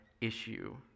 issue